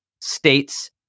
states